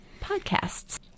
podcasts